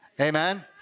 amen